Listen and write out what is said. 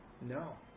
No